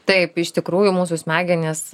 taip iš tikrųjų mūsų smegenys